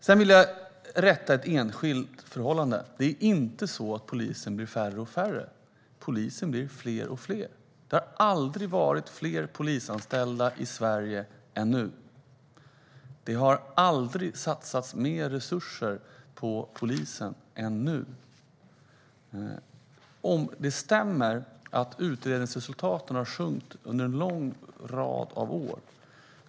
Sedan vill jag rätta en sak. Det är inte så att poliserna blir färre och färre, utan de blir fler och fler. Det har aldrig funnits fler polisanställda i Sverige än nu. Det har aldrig satsats mer resurser på polisen än nu. Det stämmer att uppklaringsresultaten har sjunkit under en lång rad av år.